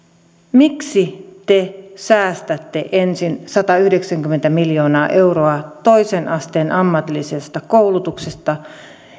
miksi te säästätte ensin satayhdeksänkymmentä miljoonaa euroa toisen asteen ammatillisesta koulutuksesta